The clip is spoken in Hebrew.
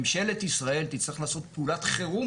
ממשלת ישראל תצטרך לעשות פעולת חירום